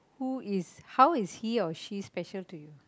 who is how is he or she special to you